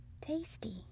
Tasty